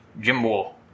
Jimbo